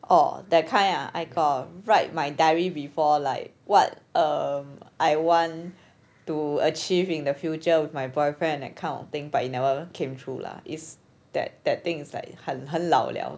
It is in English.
orh that kind ah I got write my diary before like what um I want to achieve in the future with my boyfriend and that kind of thing but it never came true lah is that that thing like 很很老 liao